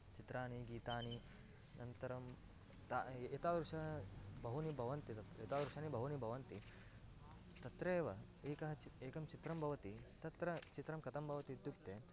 चित्राणि गीतानि अनन्तरं ता एतादृशः बहूनि भवन्ति तत्र एतादृशानि बहूनि भवन्ति तत्रेव एकः चि एकं चित्रं भवति तत्र चित्रं कथं भवतीत्युक्ते